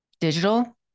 digital